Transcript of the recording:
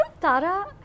Tara